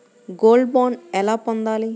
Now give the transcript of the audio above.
Gold bond ఎలా పొందాలి?